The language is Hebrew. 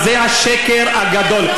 אז זה השקר הגדול.